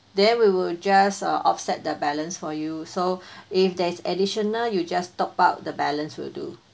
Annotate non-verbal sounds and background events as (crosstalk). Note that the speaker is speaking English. then we will just uh offset the balance for you so (breath) if there's additional you just top up the balance will do